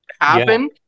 happen